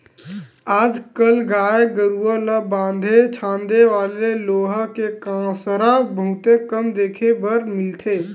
आज कल गाय गरूवा ल बांधे छांदे वाले लोहा के कांसरा बहुते कम देखे बर मिलथे